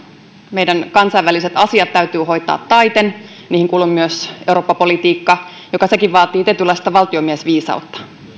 meidän kansainväliset asiamme täytyy hoitaa taiten niihin kuuluu myös eurooppa politiikka joka sekin vaatii tietynlaista valtiomiesviisautta